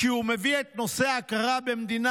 כי הוא מביא את נושא ההכרה במדינה